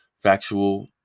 factual